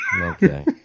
Okay